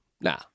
Nah